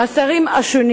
השרים,